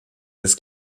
des